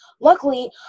Luckily